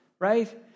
right